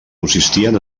consistien